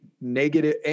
negative